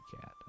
cat